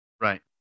Right